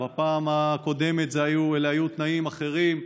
בפעם הקודמת אלה היו תנאים אחרים,